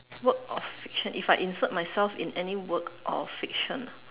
work of fiction if I insert myself in any work of fiction